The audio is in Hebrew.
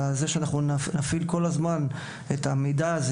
וזה שנפעיל את המידע הזה,